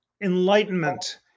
enlightenment